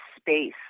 space